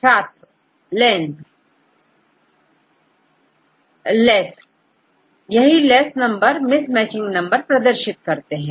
छात्र लैस सही लेस नंबर मिस मैचिंग प्रदर्शित करते हैं